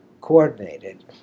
coordinated